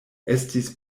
estis